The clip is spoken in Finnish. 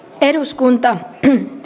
eduskunta